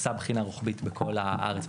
עושה בחינה רוחבית בכל הארץ,